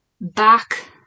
back